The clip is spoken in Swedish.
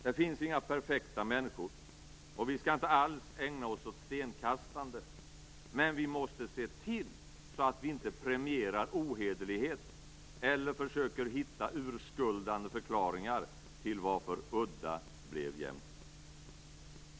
Det finns inga perfekta människor och vi skall inte alls ägna oss åt stenkastande, men vi måste se till att vi inte premierar ohederlighet eller försöker hitta urskuldande förklaringar till varför udda blev jämnt.